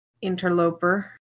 interloper